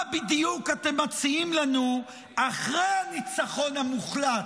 מה בדיוק אתם מציעים לנו אחרי הניצחון המוחלט,